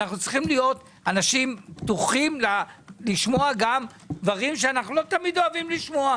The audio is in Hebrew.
אנחנו צריכים להיות פתוחים לשמוע גם דברים שאנחנו לא תמיד אוהבים לשמוע.